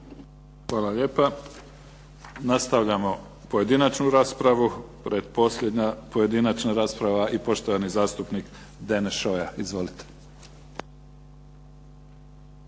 Hvala lijepa. Nastavljamo pojedinačnu raspravu. Pretposljednja pojedinačna rasprava i poštovani zastupnik Deneš Šoja. Izvolite.